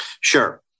Sure